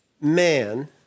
man